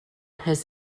his